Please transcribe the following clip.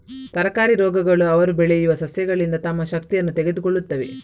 ತರಕಾರಿ ರೋಗಗಳು ಅವರು ಬೆಳೆಯುವ ಸಸ್ಯಗಳಿಂದ ತಮ್ಮ ಶಕ್ತಿಯನ್ನು ತೆಗೆದುಕೊಳ್ಳುತ್ತವೆ